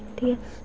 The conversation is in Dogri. ठीक ऐ